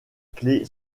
clé